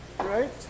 Right